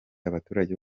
abaturage